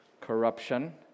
corruption